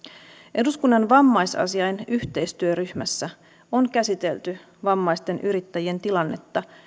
eduskunnan vammaisasiain yhteistyöryhmässä on käsitelty vammaisten yrittäjien tilannetta